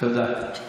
תודה.